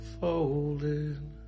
folded